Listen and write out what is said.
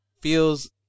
feels